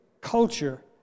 culture